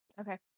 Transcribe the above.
Okay